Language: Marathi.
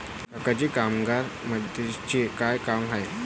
काका जी कामगार मधमाशीचे काय काम आहे